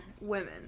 women